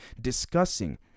discussing